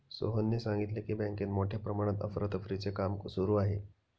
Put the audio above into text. सोहनने सांगितले की, बँकेत मोठ्या प्रमाणात अफरातफरीचे काम सुरू आहे